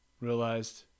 realized